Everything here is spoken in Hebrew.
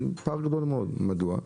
מודע?